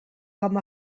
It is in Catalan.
com